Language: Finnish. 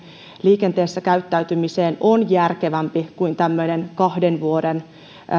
liikenteessä käyttäytymiseen on järkevämpi kuin tämmöinen